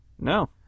No